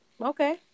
Okay